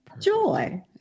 joy